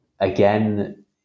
Again